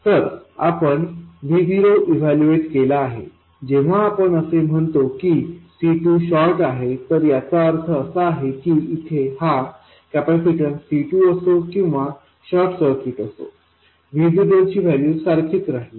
तर आपण V0इवैल्यूएट केला आहे जेव्हा आपण असे म्हणतो की C2शॉर्ट आहे तर याचा अर्थ असा आहे की आपल्याकडे इथे हा कॅपेसिटन्स C2असो किंवा शॉर्ट सर्किट असो V0ची व्हॅल्यू सारखीच राहील